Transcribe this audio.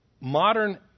modern